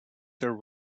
their